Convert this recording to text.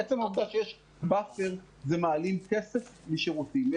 עצם העובדה שיש באפר זה מעלים כסף משירותים.